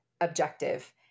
objective